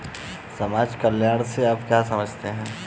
समाज कल्याण से आप क्या समझते हैं?